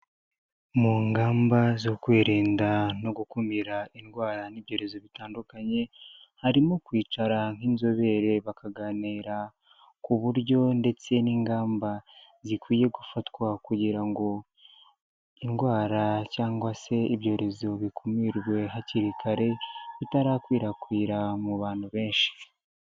Mu ngamba zo kwirinda no gukumira indwara n'ibyorezo bitandukanye harimo kwicara nk'inzobere bakaganira ku buryo ndetse n'ingamba zikwiye gufatwa kugira ngo indwara cyangwa se ibyorezo bikumirwe hakiri kare bitarakwirakwira mu bantu benshi.